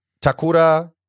Takura